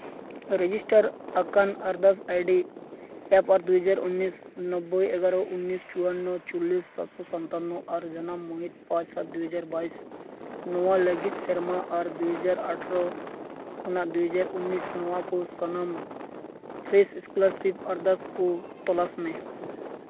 register ᱟᱠᱟᱱ ᱟᱨᱫᱟᱥ ID ᱮᱠ ᱟᱨ ᱫᱩᱦᱟᱡᱟᱨ ᱩᱱᱤᱥ ᱱᱳᱵᱵᱳᱭ ᱮᱜᱟᱨᱚ ᱩᱱᱤᱥ ᱪᱩᱣᱟᱱᱱᱚ ᱪᱚᱞᱞᱤᱥ ᱥᱟᱛᱥᱚ ᱥᱟᱛᱟᱱᱱᱚ ᱟᱨ ᱡᱟᱱᱟᱢ ᱢᱟᱹᱦᱤᱛ ᱯᱟᱸᱪ ᱥᱟᱛ ᱫᱩ ᱦᱟᱡᱟᱨ ᱩᱱᱤᱥ ᱱᱚᱣᱟ ᱞᱟᱹᱜᱤᱫ ᱥᱮᱨᱢᱟ ᱟᱨ ᱫᱩ ᱦᱟᱡᱟᱨ ᱟᱴᱷᱨᱚ ᱠᱷᱚᱱᱟᱜ ᱫᱩᱭ ᱦᱟᱡᱟᱨ ᱩᱱᱤᱥ ᱱᱚᱣᱟ ᱠᱚ ᱥᱟᱱᱟᱢ ᱯᱷᱨᱮᱥ ᱥᱠᱚᱞᱟᱨᱥᱤᱯ ᱟᱨᱫᱟᱥ ᱠᱚ ᱛᱚᱞᱟᱥ ᱢᱮ